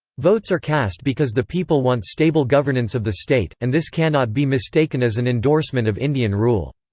votes are cast because the people want stable governance of the state, and this cannot be mistaken as an endorsement of indian rule.